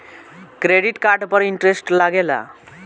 Credit card पर interest लागेला?